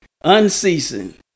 unceasing